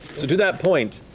to that point,